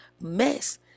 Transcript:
mess